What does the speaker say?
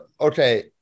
Okay